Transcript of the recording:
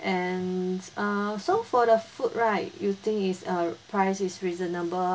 and uh so for the food right you think is uh price is reasonable